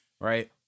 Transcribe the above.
right